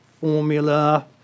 formula